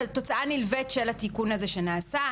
אבל זו תוצאה נלווית של התיקון הזה שנעשה.